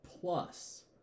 plus